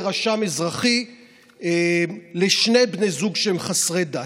רשם אזרחי לשני בני זוג שהם חסרי דת.